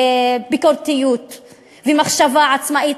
ביקורתיות ומחשבה עצמאית.